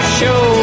show